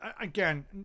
again